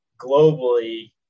globally